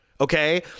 okay